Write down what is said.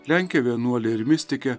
lenkė vienuolė ir mistikė